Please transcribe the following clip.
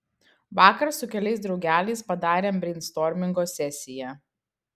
vakar su keliais draugeliais padarėm breinstormingo sesiją